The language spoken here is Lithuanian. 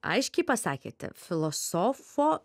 aiškiai pasakėte filosofo